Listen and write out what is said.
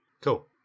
Cool